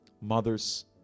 mothers